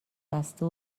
بسته